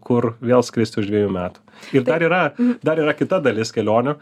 kur vėl skrist už dvejų metų ir dar yra dar yra kita dalis kelionių